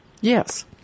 Yes